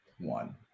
one